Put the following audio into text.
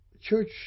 church